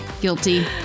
Guilty